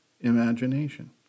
imagination